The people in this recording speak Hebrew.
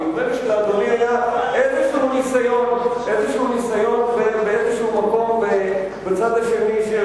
נדמה לי שלאדוני היה ניסיון כלשהו במקום כלשהו בצד השני,